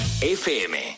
FM